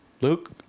Luke